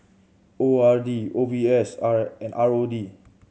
O R D O B S R and R O D